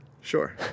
Sure